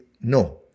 No